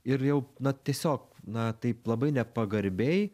ir jau na tiesiog na taip labai nepagarbiai